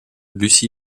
lucy